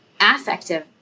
affective